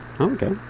Okay